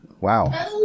Wow